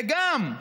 וגם,